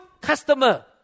customer